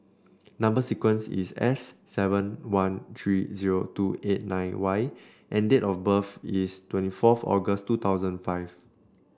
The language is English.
number sequence is S seven one three zero two eight nine Y and date of birth is twenty forth August two thousand five